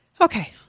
Okay